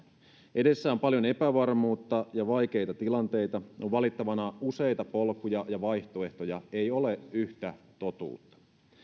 edessä on paljon epävarmuutta ja vaikeita tilanteita on valittavana useita eri polkuja ja vaihtoehtoja ei ole yhtä totuutta